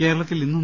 കേരളത്തിൽ ഇന്നും